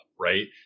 Right